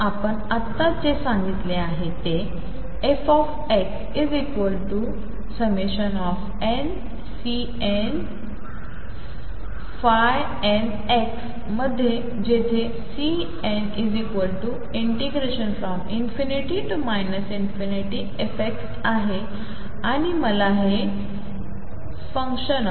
तर आपण आत्ताच जे सांगितले आहे ते fxnCnn मध्ये जेथेCn ∞f आहे आणि मला हे fxnxdx